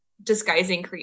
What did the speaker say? disguising